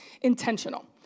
intentional